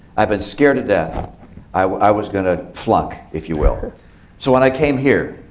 i've been scared to death i was going to flunk, if you will. so when i came here,